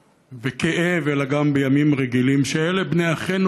וכאב אלא גם בימים רגילים: אלה בני אחינו,